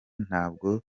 ntabwo